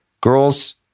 Girls